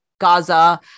Gaza